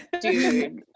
Dude